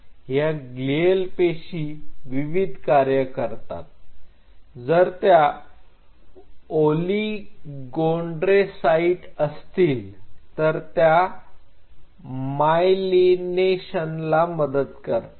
ह्या ग्लीअल पेशी विविध कार्य करतात जर त्या ओलीगोडेंड्रोसाईट असतील तर त्या मायलिनेशनला मदत करतात